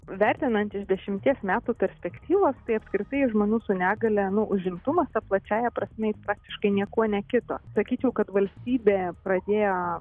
vertinant iš dešimties metų perspektyvos tai apskritai žmonių su negalia nu užimtumas ta plačiąja prasme praktiškai niekuo nekito sakyčiau kad valstybė pradėjo